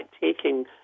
taking